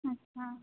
अच्छा